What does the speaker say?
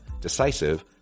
decisive